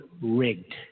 rigged